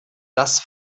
das